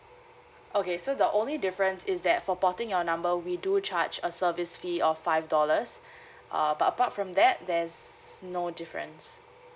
okay so the only difference is that for porting your number we do charge a service fee of five dollars uh but apart from that there's no difference